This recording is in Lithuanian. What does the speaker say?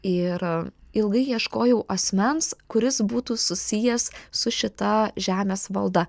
ir ilgai ieškojau asmens kuris būtų susijęs su šita žemės valda